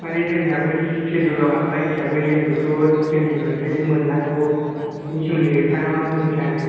माने जोंनाबो सेदुलाव हाब्बाय हिसाबै जोंबोथ' जोंनि मोनथायखौ मोन्नांगौ बेनि सोमोन्दै नोंथाङा मा बुंनो सानो